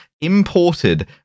imported